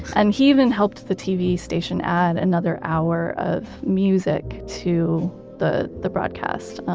and he even helped the tv station add another hour of music to the the broadcast,